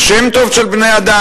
בשם טוב של בני-אדם,